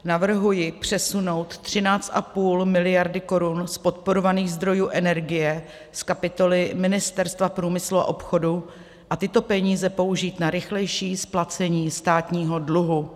Navrhuji přesunout 13,5 miliardy korun z podporovaných zdrojů energie z kapitoly Ministerstva průmyslu a obchodu a tyto peníze použít na rychlejší splacení státního dluhu.